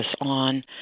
on